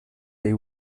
they